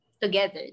together